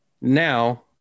Now